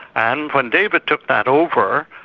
and when david took that over,